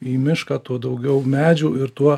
į mišką tuo daugiau medžių ir tuo